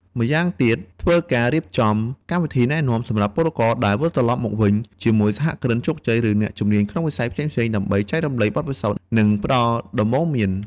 ម្យ៉ាងទៀតធ្វើការរៀបចំកម្មវិធីណែនាំសម្រាប់ពលករដែលវិលត្រឡប់មកវិញ ជាមួយសហគ្រិនជោគជ័យឬអ្នកជំនាញក្នុងវិស័យផ្សេងៗដើម្បីចែករំលែកបទពិសោធន៍ និងផ្តល់ដំបូន្មាន។